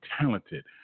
talented